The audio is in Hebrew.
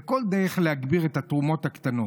כל דרך, להגביר את התרומות הקטנות.